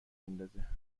میندازه